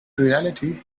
reality